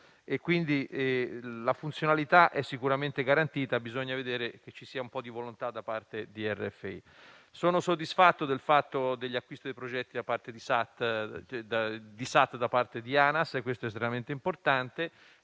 La funzionalità è sicuramente garantita; bisogna vedere se c'è un po' di volontà da parte di RFI. Sono soddisfatto degli acquisti dei progetti di SAT da parte di ANAS e questo è estremamente importante.